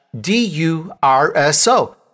D-U-R-S-O